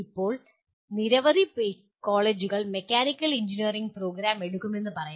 ഇപ്പോൾ നിരവധി കോളേജുകൾ മെക്കാനിക്കൽ എഞ്ചിനീയറിംഗ് പ്രോഗ്രാം എടുക്കുമെന്ന് പറയാം